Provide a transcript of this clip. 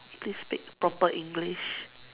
please speak proper English